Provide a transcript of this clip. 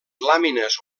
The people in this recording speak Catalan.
làmines